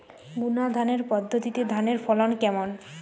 বুনাধানের পদ্ধতিতে ধানের ফলন কেমন?